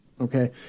Okay